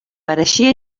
pareixia